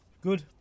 Good